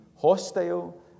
hostile